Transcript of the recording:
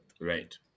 Right